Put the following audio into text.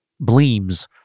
bleams